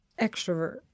Extrovert